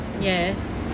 Yes